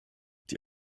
die